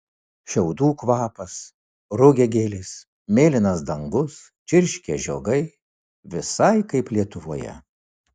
šiaudų kvapas rugiagėlės mėlynas dangus čirškia žiogai visai kaip lietuvoje